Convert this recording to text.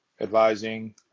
advising